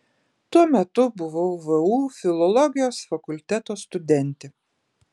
tuo metu buvau vu filologijos fakulteto studentė